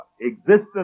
existence